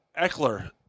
Eckler